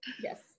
yes